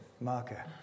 marker